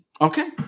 okay